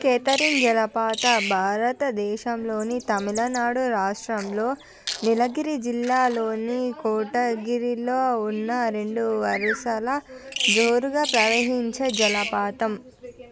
Catherine జలపాతం భారత దేశంలోని తమిళనాడు రాష్ట్రంలో నీలగిరి జిల్లా లోని కోటగిరిలో ఉన్న రెండు వరుసల జోరుగా ప్రవహించే జలపాతం